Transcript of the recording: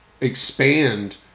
expand